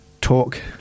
talk